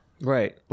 Right